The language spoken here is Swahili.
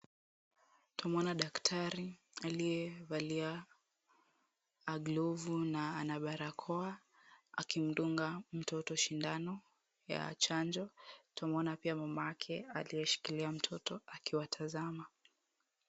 Twamuona daktari aliyevalia glovu na ana barakoa akimdunga mtoto shindano ya chanjo. Twamuona pia mamake aliyeshikilia mtoto akiwa tazama